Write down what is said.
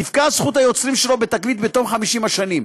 תפקע זכות היוצרים שלו בתקליט בתום 50 השנים.